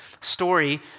story